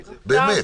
באמת,